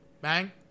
Bang